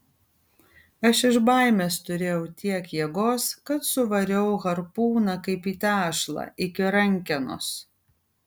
aš iš baimės turėjau tiek jėgos kad suvariau harpūną kaip į tešlą iki rankenos